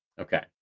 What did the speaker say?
Okay